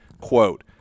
quote